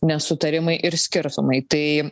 nesutarimai ir skirtumai tai